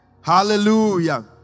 Hallelujah